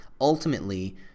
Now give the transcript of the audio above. ultimately